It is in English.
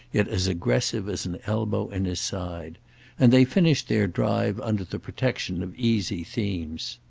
yet as aggressive as an elbow in his side and they finished their drive under the protection of easy themes.